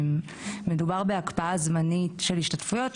מדובר בהקפאה זמנית של השתתפויות,